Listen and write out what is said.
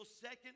second